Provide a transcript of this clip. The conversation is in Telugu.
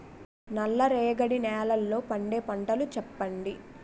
నల్ల రేగడి నెలలో పండే పంటలు చెప్పండి?